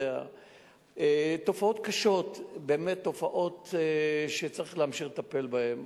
תופעות קשות, באמת תופעות שצריך להמשיך לטפל בהן.